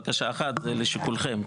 בקשה אחת זה לשיקולכם,